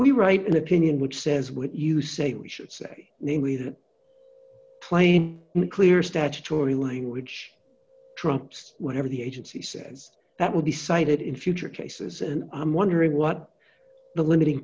we write an opinion which says what you say we should say namely that claim clear statutory language trumps whatever the agency says that would be cited in future cases and i'm wondering what the limiting